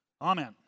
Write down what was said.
Amen